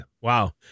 Wow